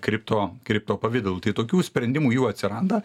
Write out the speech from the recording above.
kripto kripto pavidalu tai tokių sprendimų jų atsiranda